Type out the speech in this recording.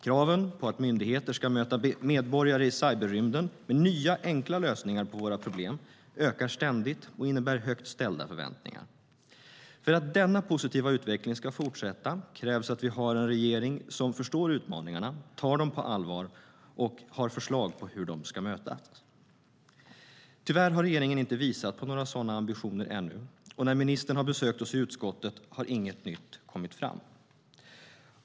Kraven på att myndigheter ska möta medborgare i cyberrymden med nya enkla lösningar på våra problem ökar ständigt och innebär högt ställda förväntningar. För att denna positiva utveckling ska fortsätta krävs att vi har en regering som förstår utmaningarna, tar dem på allvar och har förslag på hur de ska mötas. Tyvärr har regeringen inte visat på några sådana ambitioner ännu, och när ministern har besökt oss i utskottet har inget nytt kommit fram.